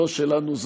זו שלנו,